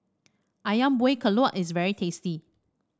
ayam Buah Keluak is very tasty